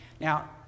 Now